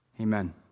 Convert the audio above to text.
Amen